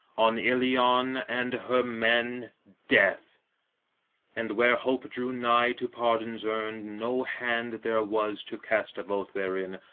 on ilion and her men, death and where hope drew nigh to pardon's urn no hand there was to cast a vote therein.